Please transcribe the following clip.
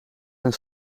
zijn